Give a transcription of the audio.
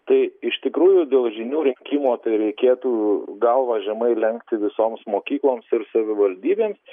tai iš tikrųjų dėl žinių rinkimo tai reikėtų galvą žemai lenkti visoms mokykloms ir savivaldybėms